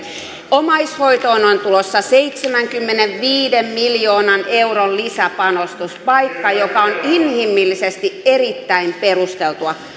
omaishoitoon on tulossa seitsemänkymmenenviiden miljoonan euron lisäpanostus paikka joka on inhimillisesti erittäin perusteltu